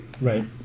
Right